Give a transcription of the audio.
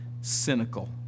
cynical